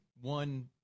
one